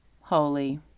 holy